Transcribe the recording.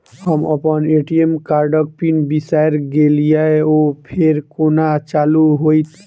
हम अप्पन ए.टी.एम कार्डक पिन बिसैर गेलियै ओ फेर कोना चालु होइत?